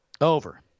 Over